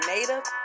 Native